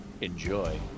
enjoy